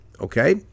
Okay